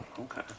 Okay